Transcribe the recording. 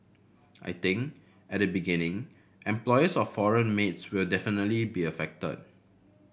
I think at the beginning employers of foreign maids will definitely be affected